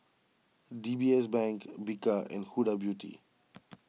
D B S Bank Bika and Huda Beauty